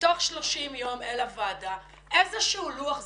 תוך 30 ימים אל הוועדה איזשהו לוח זמנים.